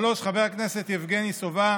3. חבר הכנסת יבגני סובה,